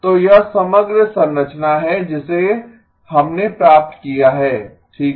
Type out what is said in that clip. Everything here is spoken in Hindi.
तो यह समग्र संरचना है जिसे हमने प्राप्त किया है ठीक है